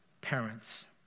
parents